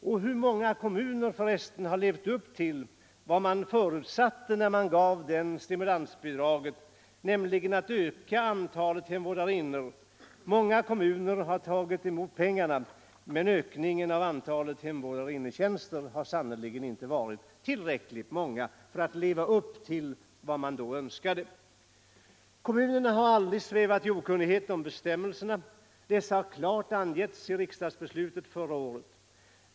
Och hur många kommuner har för resten levt upp till den förutsättning som förelåg vid stimulansbidragets utbetalande, nämligen att de skulle öka antalet hemvårdarinnor? Många kommuner har tagit emot pengar, men ökningen av antalet hemvårdarinnetjänster har sannerligen inte varit tillräckligt stor för att motsvara detta önskemål. Kommunerna kan aldrig ha svävat i okunnighet om bestämmelserna. Dessa har klart angivits i riksdagsbeslutet förra året.